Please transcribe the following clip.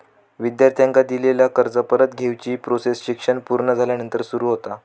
विद्यार्थ्यांका दिलेला कर्ज परत घेवची प्रोसेस शिक्षण पुर्ण झाल्यानंतर सुरू होता